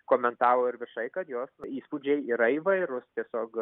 komentavo ir viešai kad jos įspūdžiai yra įvairūs tiesiog